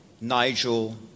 Nigel